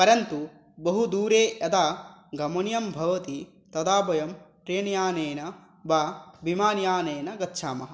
परन्तु बहुदूरे यदा गमनीयं भवति तदा वयं ट्रेन्यानेन वा विमानयानेन गच्छामः